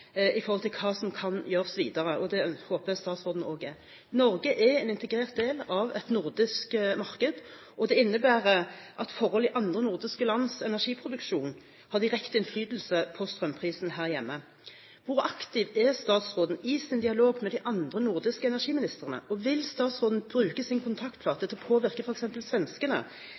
i forhold til hva som kan gjøres videre, og det håper jeg statsråden også er. Norge er en integrert del av et nordisk marked, og det innebærer at forhold i andre nordiske lands energiproduksjon har direkte innflytelse på strømprisen her hjemme. Hvor aktiv er statsråden i sin dialog med de andre nordiske energiministrene? Og vil statsråden bruke sin kontaktflate til å påvirke f.eks. svenskene